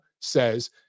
says